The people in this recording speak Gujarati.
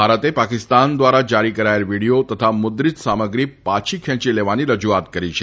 ભારતે પાકિસ્તાન દ્વારા જારી કરાચેલ વીડિયો તથા મુદ્રિત સામગ્રી પાછી ખેંચી લેવાની રજુઆત કરી છે